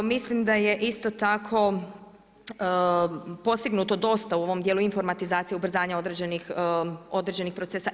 Mislim da je isto tako postignuto dosta u ovom dijelu informatizacije, ubrzanja određenih procesa.